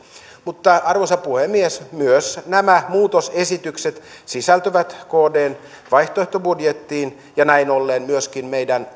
mutta arvoisa puhemies myös nämä muutosesitykset sisältyvät kdn vaihtoehtobudjettiin ja näin ollen myöskin meidän